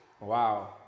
Wow